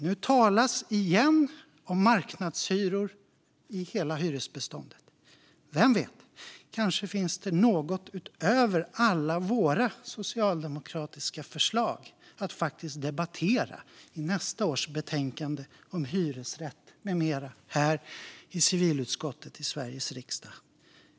Nu talas igen om marknadshyror i hela hyresbeståndet. Vem vet, kanske finns det något utöver alla våra socialdemokratiska förslag att faktiskt debattera i nästa års betänkande om hyresrätt med mera från civilutskottet här i Sveriges riksdag?